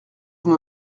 vous